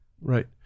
Right